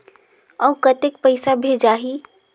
अउ कतेक पइसा भेजाही?